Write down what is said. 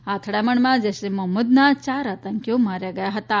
આ અથડામણમાં જૈશ એ મોહમ્મદના યાર આતંકીઓ માર્યા ગયા હતાં